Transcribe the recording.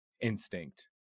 instinct